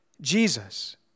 Jesus